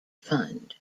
fund